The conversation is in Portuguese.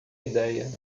ideia